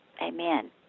Amen